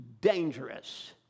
dangerous